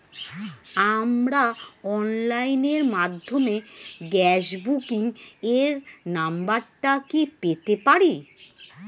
আমার অনলাইনের মাধ্যমে গ্যাস বুকিং এর নাম্বারটা কি পেতে পারি?